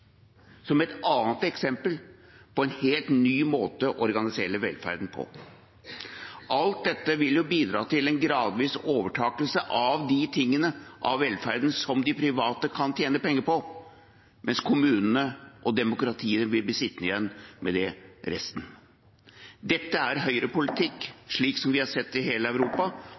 er et annet eksempel på en helt ny måte å organisere velferden på. Alt dette vil bidra til en gradvis overtakelse av det av velferden som de private kan tjene penger på, mens kommunene og demokratiet vil bli sittende igjen med resten. Dette er høyrepolitikk slik vi har sett den i hele Europa,